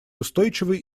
устойчивый